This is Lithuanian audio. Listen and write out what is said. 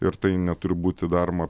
ir tai neturi būti daroma